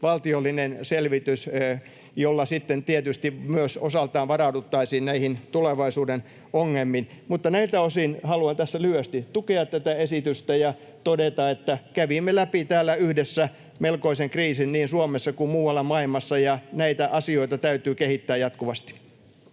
valtiollinen selvitys, jolla sitten tietysti osaltaan myös varauduttaisiin näihin tulevaisuuden ongelmiin. Mutta näiltä osin haluan tässä lyhyesti tukea tätä esitystä ja todeta, että kävimme läpi yhdessä melkoisen kriisin niin Suomessa kuin muualla maailmassa ja näitä asioita täytyy kehittää jatkuvasti.